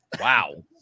wow